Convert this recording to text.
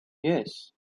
yes